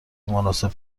مناسب